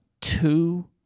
two